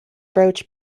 brooch